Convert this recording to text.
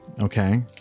Okay